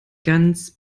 ganz